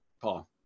paul